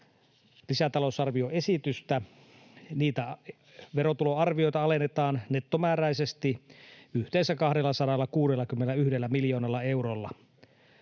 lisätalousarvioesitystä. Verotuloarviota alennetaan nettomääräisesti yhteensä 261 miljoonalla eurolla.